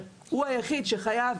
הוא היחיד שחייב